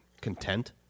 content